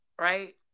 right